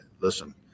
listen